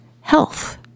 health